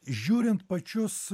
žiūrint pačius